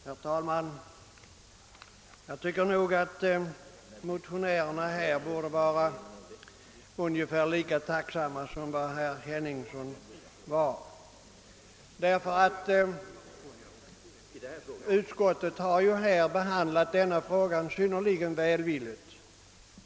Herr talman! Jag tycker att motionärerna i denna fråga borde vara ungefär lika tacksamma som herr Henningsson var; utskottet har ju behandlat deras motioner synnerligen välvilligt.